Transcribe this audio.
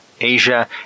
Asia